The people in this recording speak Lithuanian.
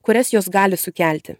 kurias jos gali sukelti